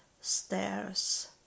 stairs